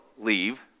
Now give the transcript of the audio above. leave